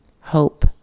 hope